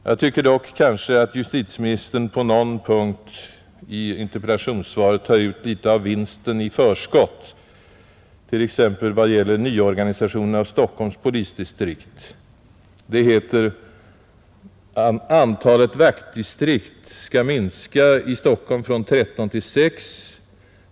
Jag tycker att justitieministern på någon punkt i interpellationssvaret kanske tar ut litet av vinsten på rationaliseringar i förskott, t.ex. vad gäller nyorganisation av Stockholms polisdistrikt. Det heter: ”Antalet vaktdistrikt minskar från 13 till 6.